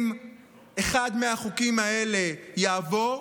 אם אחד מהחוקים האלה יעבור,